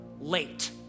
late